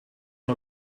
one